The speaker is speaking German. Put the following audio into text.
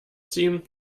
ziehen